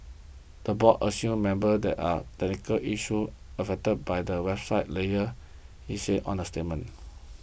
the board assures members that the technical issues of affected by the website layer it said on a statement